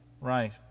Right